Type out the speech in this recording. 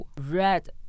red